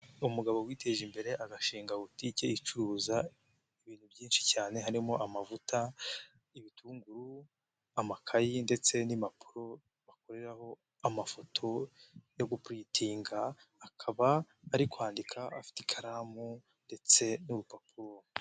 Umugabo witeje imbere agashinga butike icuruza ibintu byinshi cyane harimo: amavuta, ibitunguru, amakayi ndetse n'impapuro bakoreraho amafoto yo gupurintinga, akaba ari kwandika afite ikaramu ndetse n'urupapuro.